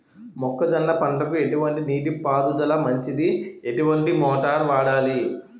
మొక్కజొన్న పంటకు ఎటువంటి నీటి పారుదల మంచిది? ఎటువంటి మోటార్ వాడాలి?